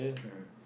mmhmm